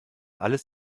alles